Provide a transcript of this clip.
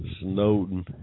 Snowden